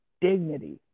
dignity